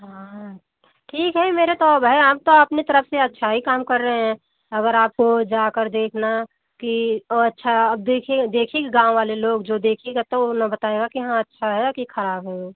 हाँ ठीक है मेरे तो अब हैं हम तो अपनी तरफ से अच्छा ही काम कर रहे हैं अगर आपको जाकर देखना कि वो अच्छा आप देखिए देखेगी गाँव वाले लोग जो देखेगा तौ न बताएगा कि हाँ अच्छा है या खराब है वो